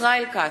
ישראל כץ,